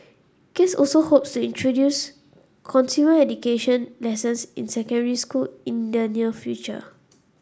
case also hopes introduce consumer education lessons in secondary school in the near future